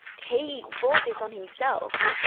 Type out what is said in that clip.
he brought this on himself.